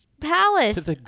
palace